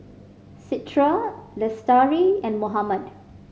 Citra Lestari and Muhammad